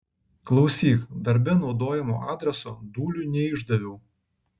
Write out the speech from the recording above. klausyk darbe naudojamo adreso dūliui neišdaviau